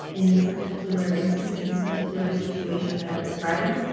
in this particular instance in this particular situation that i'm describing,